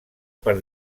per